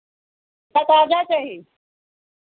ताज़ा चाही